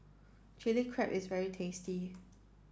chili crab is very tasty